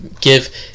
give